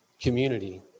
Community